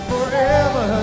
Forever